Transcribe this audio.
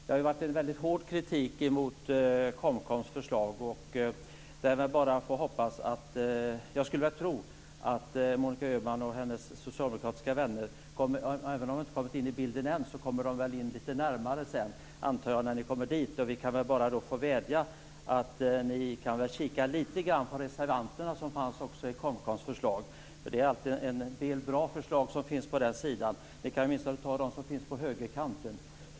Det har riktats mycket hård kritik mot KOMKOM:s förslag, och jag skulle tro att Monica Öhman och hennes socialdemokratiska vänner, som ännu inte har kommit in i bilden, kommer att göra det litet mer när vi kommer fram dit. Vi kan väl bara vädja om att ni tittar litet närmare på de reservationer som fanns mot KOMKOM:s förslag. Där redovisas en del bra förslag. Det gäller åtminstone dem som framförs från högerkanten.